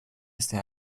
este